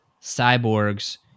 cyborgs